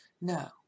No